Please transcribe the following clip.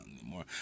anymore